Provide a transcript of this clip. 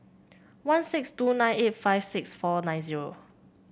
one six two nine eight five six four nine zero